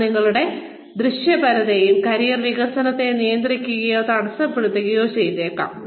അത് നിങ്ങളുടെ ദൃശ്യപരതയെയും കരിയർ വികസനത്തെയും നിയന്ത്രിക്കുകയോ തടസ്സപ്പെടുത്തുകയോ ചെയ്തേക്കാം